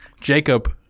Jacob